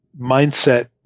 mindset